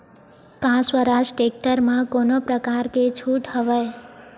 का स्वराज टेक्टर म कोनो प्रकार के छूट हवय?